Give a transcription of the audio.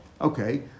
Okay